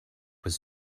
was